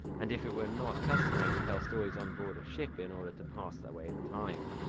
and if it were not customary to tell stories on board a ship in order to pass away the time.